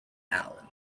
allen